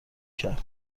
کرد